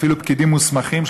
אפילו פקידים מוסמכים,